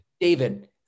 David